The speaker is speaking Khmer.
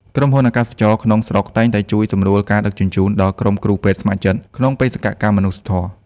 ក្រុមហ៊ុន អាកាសចរណ៍ ក្នុងស្រុកតែងតែជួយសម្រួលការដឹកជញ្ជូនដល់ក្រុមគ្រូពេទ្យស្ម័គ្រចិត្តក្នុងបេសកកម្មមនុស្សធម៌។